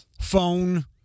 Phone